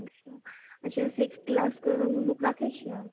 अच्छा अच्छा सिक्स क्लासके बुक राखै छियै